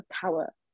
power